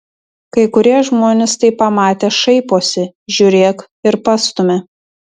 kai kurie žmonės tai pamatę šaiposi žiūrėk ir pastumia